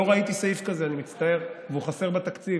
לא ראיתי סעיף כזה, אני מצטער, והוא חסר בתקציב.